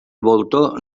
voltor